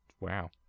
wow